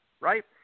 right